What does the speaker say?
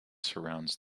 surrounds